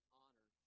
honor